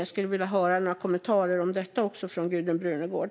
Jag skulle vilja höra några kommentarer om detta från Gudrun Brunegård.